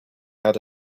had